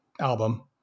album